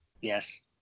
Yes